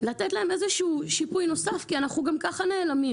לתת להם איזשהו שיפוי נוסף כי גם כך אנחנו נעלמים